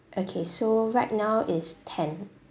okay so right now is ten